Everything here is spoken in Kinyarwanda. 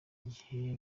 igihe